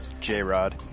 J-Rod